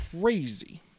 crazy